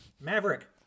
Maverick